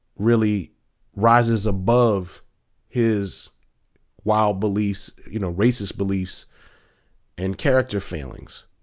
really rises above his wild beliefs, you know, racist beliefs and character failings.